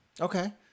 Okay